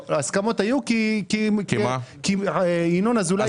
הסכמות היו כי ינון אזולאי ביקש משהו.